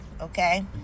okay